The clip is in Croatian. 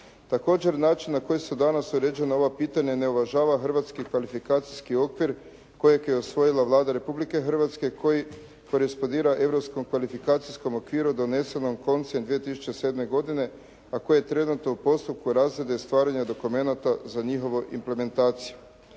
Također, način na koji su danas uređena ova pitanja ne uvažava hrvatski kvalifikacijski okvir kojeg je usvojila Vlada Republike Hrvatske koji korespondira europskom kvalifikacijskom okviru donesenom koncem 2007. godine a koji je trenutno u postupku razrade i stvaranja dokumenata za njihovu implementaciju.